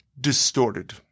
distorted